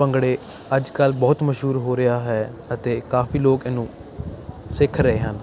ਭੰਗੜਾ ਅੱਜ ਕੱਲ੍ਹ ਬਹੁਤ ਮਸ਼ਹੂਰ ਹੋ ਰਿਹਾ ਹੈ ਅਤੇ ਕਾਫੀ ਲੋਕ ਇਹਨੂੰ ਸਿੱਖ ਰਹੇ ਹਨ